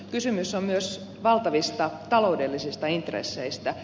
kysymys on myös valtavista taloudellisista intresseistä